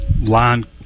line